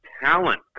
talent